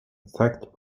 attacked